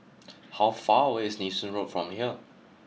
how far away is Nee Soon Road from here